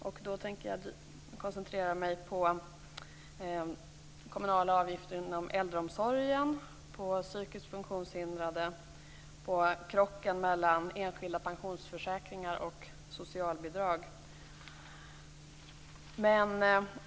Jag tänker koncentrera mig på kommunala avgifter inom äldreomsorgen, psykiskt funktionshindrade och krocken mellan enskilda pensionsförsäkringar och socialbidrag.